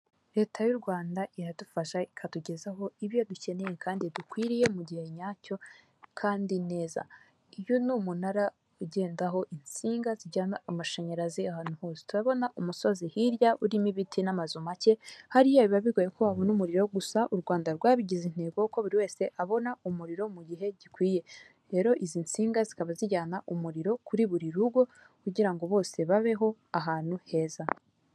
Leta y'u rwanda iradufasha ikatugezaho ibyo dukeneye kandi dukwiriye mu gihe nyacyo kandi neza. uyu ni umunara ugendaho insinga zijyana amashanyarazi ahantu hose, turabona umusozi hirya urimo ibiti n'amazu make, hariya biba bigoye ko wabona umuriro, gusa u Rwanda rwabigize intego ko buri wese abona umuriro mu gihe gikwiye, rero izi nsinga zikaba zijyana umuriro kuri buri rugo kugira ngo bose babeho ahantu heza.